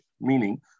meaning